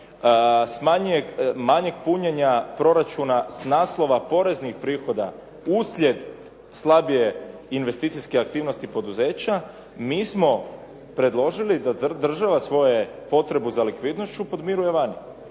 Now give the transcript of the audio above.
manjeg punjenja proračuna s naslova poreznih prihoda uslijed slabije investicijske aktivnosti poduzeća mi smo predložili da država svoju potrebu za likvidnošću podmiruje vani.